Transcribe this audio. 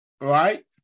Right